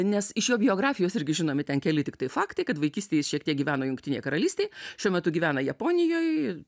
nes iš jo biografijos irgi žinomi ten keli tiktai faktai kad vaikystėj jis šiek tiek gyveno jungtinėj karalystėj šiuo metu gyvena japonijoj